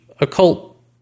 occult